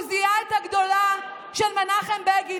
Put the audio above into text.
הוא זיהה את הגדולה של מנחם בגין.